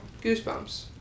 Goosebumps